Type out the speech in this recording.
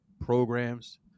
programs –